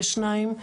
יש שניים,